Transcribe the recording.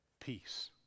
Peace